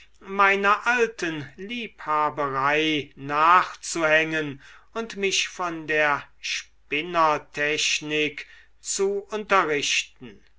meiner alten liebhaberei nachzuhängen und mich von der spinnertechnik zu unterrichten